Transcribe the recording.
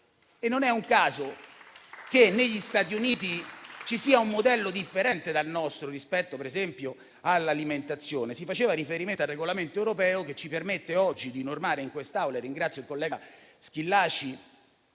Non è un caso che negli Stati Uniti ci sia un modello differente dal nostro rispetto, ad esempio, all'alimentazione. Si faceva riferimento al regolamento europeo che ci permette oggi di normare in quest'Aula. Ringrazio il collega Schillaci,